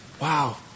wow